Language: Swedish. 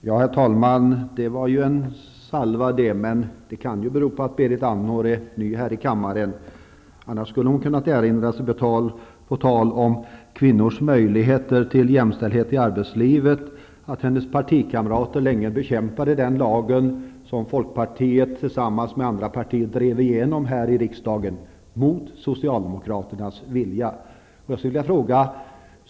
Herr talman! Det var en salva, men det kan ju bero på att Berit Andnor är ny här i kammaren, annars skulle hon, på tal om kvinnors möjligheter till jämställdhet i arbetslivet, ha kunnat erinra sig att hennes partikamrater länge bekämpade den lag som folkpartiet tillsammans med andra partier drev igenom här i riksdagen mot socialdemokraternas vilja.